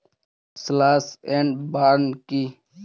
Slash and burn কি?